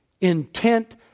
intent